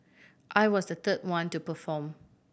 I was the third one to perform